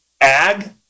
ag